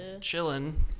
chilling